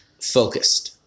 focused